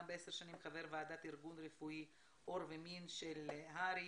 10 שנים חבר ועדת ארגון רפואי אור ומין של ההסתדרות הרפואית.